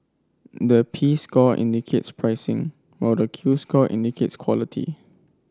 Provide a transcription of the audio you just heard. the P score indicates pricing while the Q score indicates quality